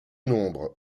nombre